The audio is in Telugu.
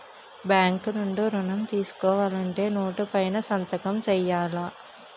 బ్యాంకు నుండి ఋణం తీసుకోవాలంటే నోటు పైన సంతకం సేయాల